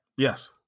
Yes